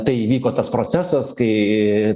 tai įvyko tas procesas kai